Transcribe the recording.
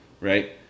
right